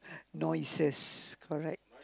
noises correct